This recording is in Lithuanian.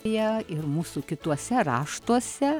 jie ir mūsų kituose raštuose